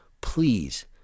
please